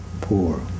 poor